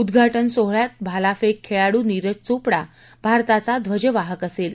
उद्घाटन सोहळ्यात भाला फेक खेळाडू नीरज चोपडा भारताचा ध्वजवाहक असेल